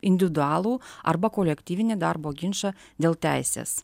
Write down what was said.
individualų arba kolektyvinį darbo ginčą dėl teisės